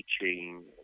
teaching